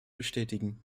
bestätigen